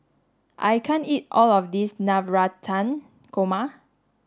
I can't eat all of this Navratan Korma